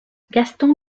gaston